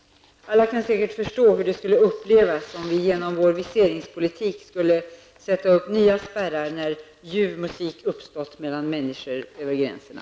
Alla kan säkert förstå hur det skulle upplevas om vi genom vår viseringspolitik skulle sätta upp nya spärrar när ljuv musik uppstått mellan människor över gränserna.